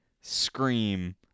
scream